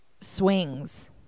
swings